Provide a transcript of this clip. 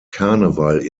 karneval